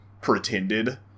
pretended